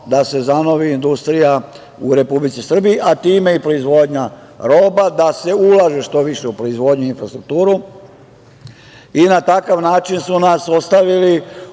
da se zanovi industrija u Republici Srbiji, a time i proizvodnja roba, da se ulaže što više u proizvodnju i infrastrukturu i na takav način su nas ostavili